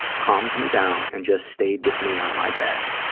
calmed me down, and just stayed with me on my bed.